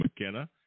McKenna